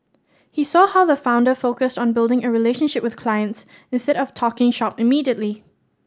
he saw how the founder focused on building a relationship with clients instead of talking shop immediately